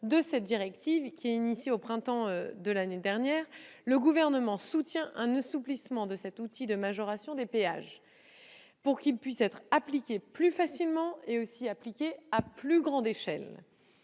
de cette directive, engagée au printemps de l'année dernière, le Gouvernement soutient un assouplissement d'un tel outil de majoration des péages, pour qu'il puisse être appliqué plus facilement et à plus grande échelle.